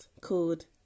called